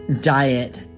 diet